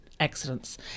Accidents